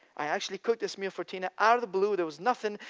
i actually cooked this meal for tina out of the blue. there was nothing,